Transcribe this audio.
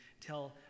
tell